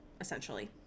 essentially